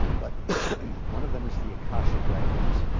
but one of them is the akashic records.